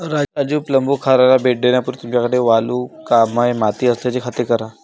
राजू प्लंबूखाराला भेट देण्यापूर्वी तुमच्याकडे वालुकामय माती असल्याची खात्री करा